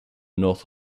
north